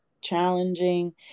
challenging